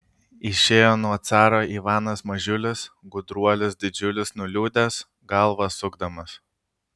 išėjo nuo caro ivanas mažiulis gudruolis didžiulis nuliūdęs galvą sukdamas